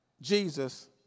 Jesus